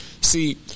See